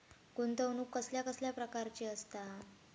गुंतवणूक कसल्या कसल्या प्रकाराची असता?